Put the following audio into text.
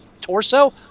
torso